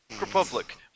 Republic